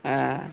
ہاں